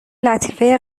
لطیفه